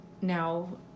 now